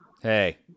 Hey